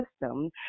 system